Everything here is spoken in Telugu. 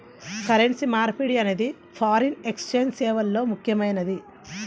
కరెన్సీ మార్పిడి అనేది ఫారిన్ ఎక్స్ఛేంజ్ సేవల్లో ముఖ్యమైనది